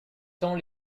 thaon